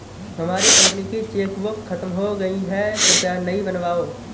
हमारी कंपनी की चेकबुक खत्म हो गई है, कृपया नई बनवाओ